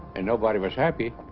and nobody was happy